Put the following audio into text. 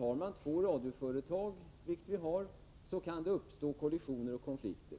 Har man två radioföretag, vilket vi har, kan det uppstå kollisioner och konflikter.